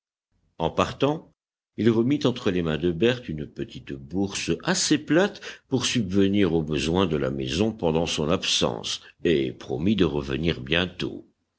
en partant il remit entre les mains de berthe une petite bourse assez plate pour subvenir aux besoins de la maison pendant son absence et promit de revenir bientôt